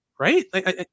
right